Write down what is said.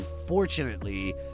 Unfortunately